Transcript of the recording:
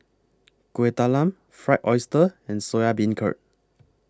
Kuih Talam Fried Oyster and Soya Beancurd